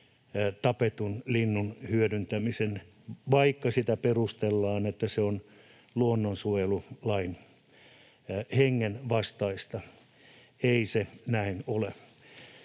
tapetun linnun hyödyntämisen, vaikka sitä perustellaan, että se on luonnonsuojelulain hengen vastaista. Ei se näin ole.